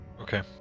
Okay